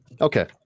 Okay